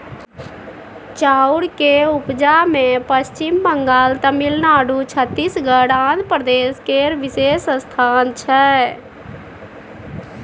चाउर के उपजा मे पच्छिम बंगाल, तमिलनाडु, छत्तीसगढ़, आंध्र प्रदेश केर विशेष स्थान छै